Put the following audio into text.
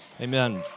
Amen